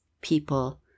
people